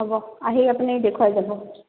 হ'ব আহি আপুনি দেখুৱাই যাব